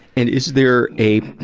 and is there a, ah,